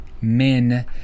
men